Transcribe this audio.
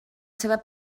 seva